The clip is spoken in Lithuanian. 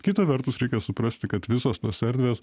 kita vertus reikia suprasti kad visos tos erdvės